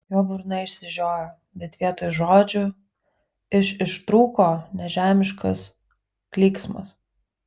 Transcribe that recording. jo burna išsižiojo bet vietoj žodžių iš ištrūko nežemiškas klyksmas